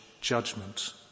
judgment